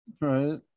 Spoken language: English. Right